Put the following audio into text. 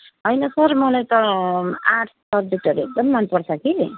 होइन सर मलाई त आर्ट्स सब्जेक्टहरू एकदम मनपर्छ कि